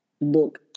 Look